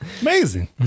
Amazing